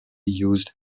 used